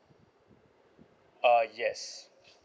uh yes